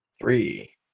Three